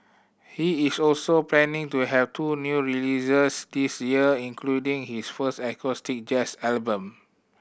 he is also planning to have two new releases this year including his first acoustic jazz album